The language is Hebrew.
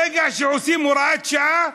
ברגע שעושים הוראת שעה,